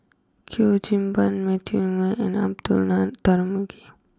Ban Matthew Ngui and Abdullah Tarmugi